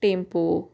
tempo